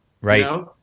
Right